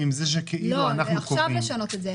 לא אמרתי את זה.